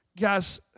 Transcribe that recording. Guys